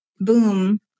boom